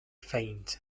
faint